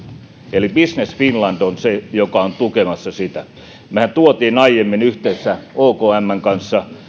eli business finland on se joka on tukemassa sitä mehän toimme aiemmin yhdessä okmn kanssa